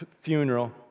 funeral